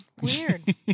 Weird